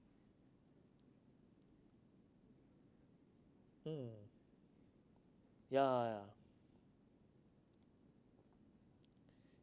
mm ya